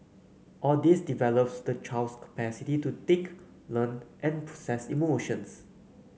all this develops the child's capacity to think learn and process emotions